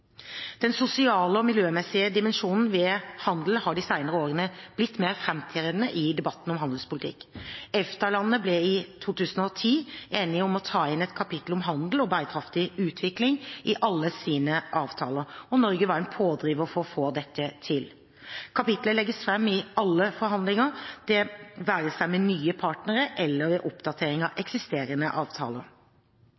Den sosiale og miljømessige dimensjonen ved handel har de senere årene blitt mer framtredende i debatten om handelspolitikk. EFTA-landene ble i 2010 enige om å ta inn et kapittel om handel og bærekraftig utvikling i alle sine avtaler. Norge var en pådriver for å få dette til. Kapitlet legges fram i alle forhandlinger, det være seg med nye partnere eller ved oppdatering av